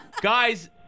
Guys